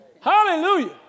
Hallelujah